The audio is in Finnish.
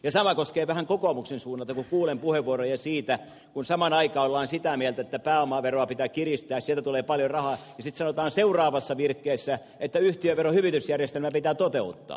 sama koskee vähän sitä kun kokoomuksen suunnalta kuulen puheenvuoroja siitä kun samaan aikaan ollaan sitä mieltä että pääomaveroa pitää kiristää sieltä tulee paljon rahaa ja sitten sanotaan seuraavassa virkkeessä että yhtiöveron hyvitysjärjestelmä pitää toteuttaa